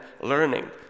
learning